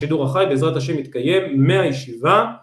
שידור החי בעזרת השם יתקיים מהישיבה